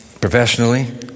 professionally